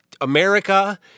America